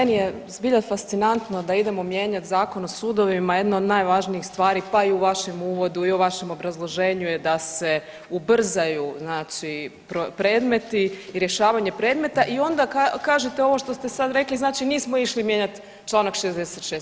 Meni je zbilja fascinantno da idemo mijenjat Zakon o sudovima, jedno od najvažnijih stvari, pa i u vašem uvodu i u vašem obrazloženju je da se ubrzaju znači predmeti i rješavanje predmeta i onda kažete ovo što ste sad rekli znači nismo išli mijenjat čl. 66.